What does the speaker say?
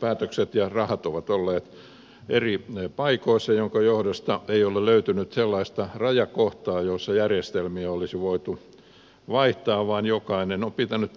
päätökset ja rahat ovat olleet eri paikoissa minkä johdosta ei ole löytynyt sellaista rajakohtaa jossa järjestelmiä olisi voitu vaihtaa vaan jokainen on pitänyt